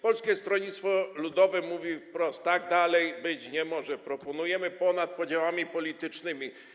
Polskie Stronnictwo Ludowe mówi wprost: tak dalej być nie może, proponujemy działania ponad podziałami politycznymi.